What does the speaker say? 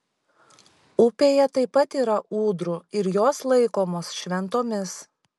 upėje taip pat yra ūdrų ir jos laikomos šventomis